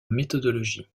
méthodologie